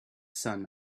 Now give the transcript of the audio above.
sun